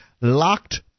locked